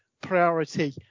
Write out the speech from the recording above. priority